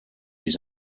his